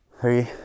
three